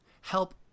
help